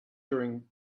during